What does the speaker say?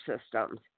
systems